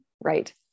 Right